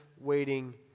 waiting